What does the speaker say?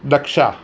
Daksha